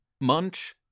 munch